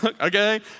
okay